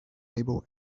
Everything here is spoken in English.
able